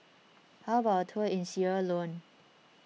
how about a tour in Sierra Leone